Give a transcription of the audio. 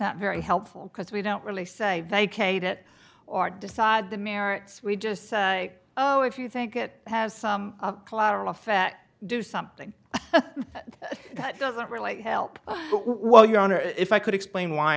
not very helpful because we don't really say thank a bit or decide the merits we just say oh if you think it has some collateral effect do something that doesn't really help well your honor if i could explain why